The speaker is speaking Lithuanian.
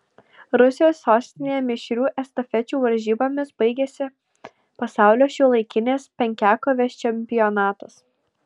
rusijos sostinėje mišrių estafečių varžybomis baigėsi pasaulio šiuolaikinės penkiakovės čempionatas